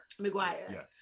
McGuire